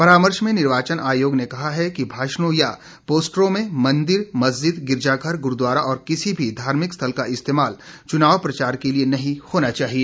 परामर्श में निर्वाचन आयोग ने कहा कि भाषणों या पोस्टरों में मंदिर मस्जिद गिरजाघर गुरूद्वारा और किसी भी धार्मिक स्थल का इस्तेमाल चुनाव प्रचार के लिए नहीं होना चाहिए